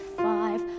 five